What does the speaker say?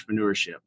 entrepreneurship